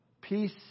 Peace